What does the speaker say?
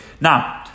Now